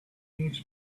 linux